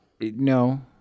No